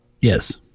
Yes